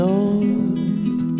Lord